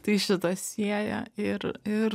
tai šitas sieja ir ir